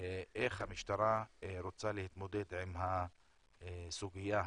איך המשטרה רוצה להתמודד עם הסוגיה הזו,